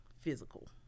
physical